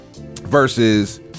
versus